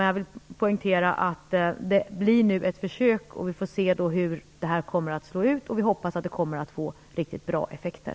Jag vill poängtera att det nu blir ett försök. Vi får se hur det slår ut. Vi hoppas att det kommer att få riktigt bra effekter.